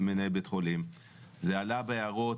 זה עלה בהערות,